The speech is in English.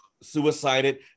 suicided